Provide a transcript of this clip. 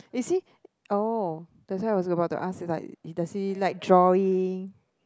is he oh that's why I was about to ask does he like drawing